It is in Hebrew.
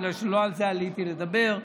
בגלל שלא על זה עליתי לדבר.